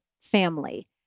family